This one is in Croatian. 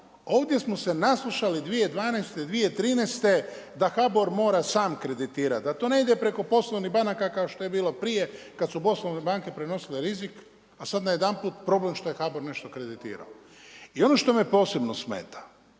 ovdje smo se naslušali 2012., 2013. da HBOR mora sam kreditirati, da to ne ide preko poslovnih banaka kao što je bilo prije kad su poslovne banke prenosile rizik, a sad najedanput problem što je HABOR nešto kreditirao. I ono što je posebno smeta,